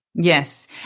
Yes